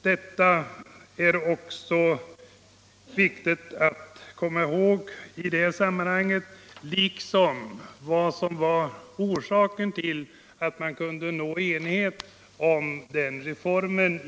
Det är viktigt att komma ihåg detta i det här sammanhanget, liksom orsaken till att man kunde nå enighet om reformen.